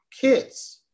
kids